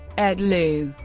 ed lu,